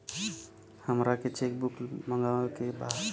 हमारा के cheque book मगावे के बा?